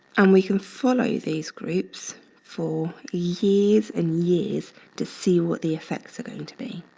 and we can follow these groups for years and years to see what the effects are going to be.